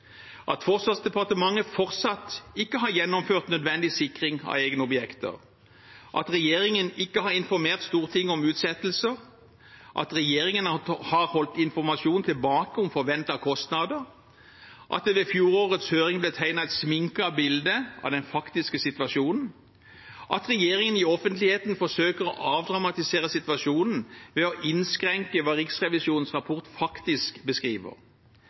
at Forsvarsdepartementet fortsatt ikke har gjennomført nødvendig sikring av egne objekter at regjeringen ikke har informert Stortinget om utsettelser at regjeringen har holdt tilbake informasjon om forventede kostnader at det ved fjorårets høring ble tegnet et sminket bilde av den faktiske situasjonen at regjeringen i offentligheten forsøker å avdramatisere situasjonen ved å innskrenke hva Riksrevisjonens rapport faktisk beskriver